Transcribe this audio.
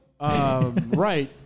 Right